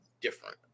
different